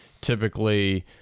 typically